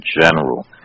general